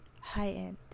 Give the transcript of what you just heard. high-end